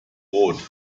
rot